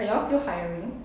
are you all still hiring